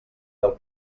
del